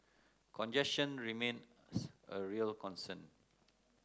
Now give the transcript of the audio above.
congestion remains a real concern